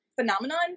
phenomenon